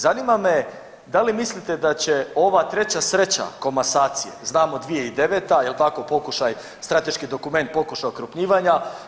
Zanima me da li mislite da će ova treća sreća komasacije, znamo 2009. jel' tako, pokušaj, strateški dokument pokušaj okrupnjivanja.